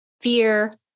fear